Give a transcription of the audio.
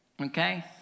Okay